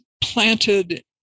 planted